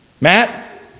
Matt